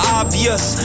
obvious